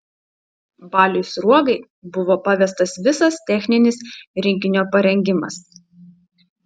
baliui sruogai buvo pavestas visas techninis rinkinio parengimas